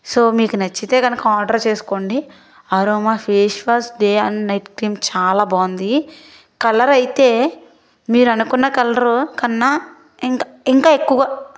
so మీకు నచ్చితే కనుక ఆర్డర్ చేసుకోండి aroma face wash day and night cream చాలా బాగుంది కలర్ అయితే మీరు అనుకున్న కలరుకన్నా ఇంకా ఇంకా ఎక్కువగా